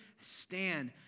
stand